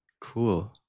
Cool